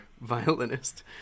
violinist